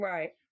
Right